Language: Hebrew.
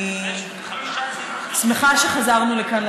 אני שמחה שחזרנו לכאן,